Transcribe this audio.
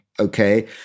okay